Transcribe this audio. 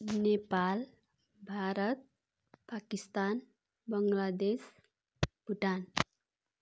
Nepal Bharat Pakistan Bangladesh Bhutan